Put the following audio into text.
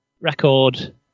record